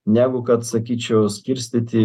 negu kad sakyčiau skirstyti